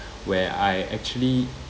where I actually